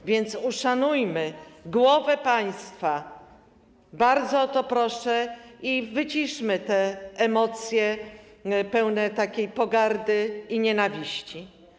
A więc uszanujmy głowę państwa, bardzo o to proszę, i wyciszmy te emocje pełne pogardy i nienawiści.